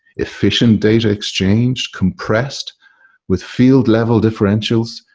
efficient data exchange compressed with field-level differentials,